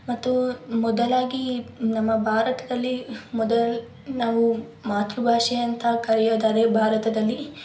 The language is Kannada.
ಮತ್ತು ಮೊದಲಾಗಿ ನಮ್ಮ ಭಾರತದಲ್ಲಿ ಮೊದಲು ನಾವು ಮಾತೃಭಾಷೆ ಅಂತ ಕರೆಯೋದಾದ್ರೆ ಭಾರತದಲ್ಲಿ